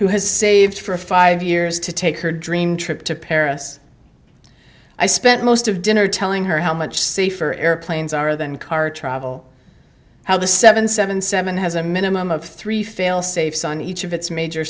who has saved for five years to take her dream trip to paris i spent most of dinner telling her how much safer airplanes are than car travel how the seven seven seven has a minimum of three fail safes on each of its major